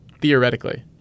Theoretically